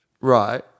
Right